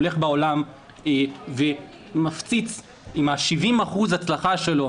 הולך בעולם ומפציץ עם ה-70% הצלחה שלו.